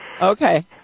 Okay